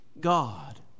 God